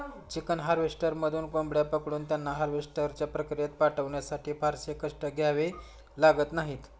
chicken हार्वेस्टरमधून कोंबड्या पकडून त्यांना हार्वेस्टच्या प्रक्रियेत पाठवण्यासाठी फारसे कष्ट घ्यावे लागत नाहीत